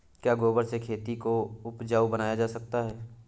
क्या गोबर से खेती को उपजाउ बनाया जा सकता है?